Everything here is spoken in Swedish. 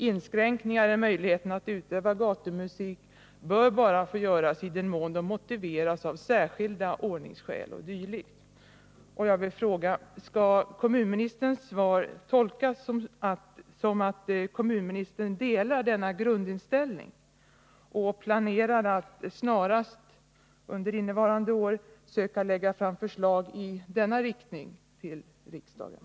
Inskränkningar i möjligheten att utöva gatumusik bör bara få göras i den mån de motiveras av särskilda ordningsskäl o.d. Och jag vill fråga: Skall kommunministerns svar tolkas som att kommunministern delar denna grundinställning och planerar att snarast under innevarande år söka lägga fram förslag för riksdagen i denna riktning?